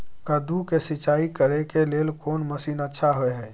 कद्दू के सिंचाई करे के लेल कोन मसीन अच्छा होय है?